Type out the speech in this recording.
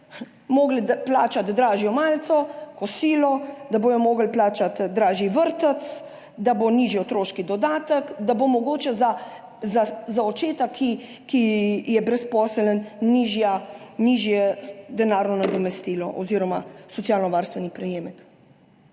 mogoče morali plačati dražjo malico, kosilo, da bodo morali plačati dražji vrtec, da bo nižji otroški dodatek, da bo mogoče za očeta, ki je brezposeln, nižje denarno nadomestilo oziroma socialnovarstveni prejemek,